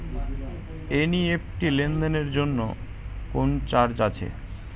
NEFT লেনদেনের জন্য কোন চার্জ আছে?